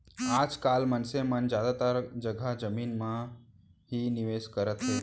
आज काल मनसे मन जादातर जघा जमीन म ही निवेस करत हे